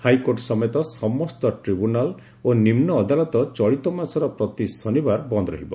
high court ସମେତ ସମସ୍ତ tribunal ଓ ନିମୁ ଅଦାଲତ ଚଳିତମାସର ପ୍ରତି ଶନିବାର ବନ୍ଦ ରହିବ